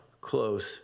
close